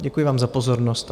Děkuji vám za pozornost.